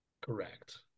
Correct